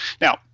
Now